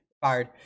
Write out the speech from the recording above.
fired